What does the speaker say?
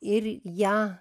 ir ją